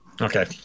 okay